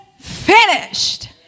finished